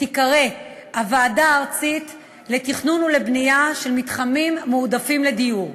שתיקרא "הוועדה הארצית לתכנון ולבנייה של מתחמים מועדפים לדיור",